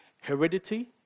heredity